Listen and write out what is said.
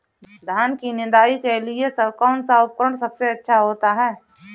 धान की निदाई के लिए कौन सा उपकरण सबसे अच्छा होता है?